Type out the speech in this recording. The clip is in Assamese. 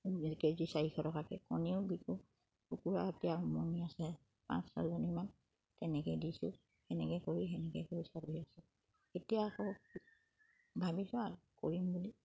কেজি চাৰিশ টকাকে কণীও বিকো কুকুৰা এতিয়া উমনি আছে পাঁচ ছয়জনীমান তেনেকে দিছোঁ সেনেকে কৰি সেনেকে কৰি চলি আছোঁ এতিয়া আকৌ ভাবিছোঁ আৰু কৰিম বুলি